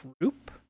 group